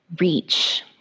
reach